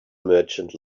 merchant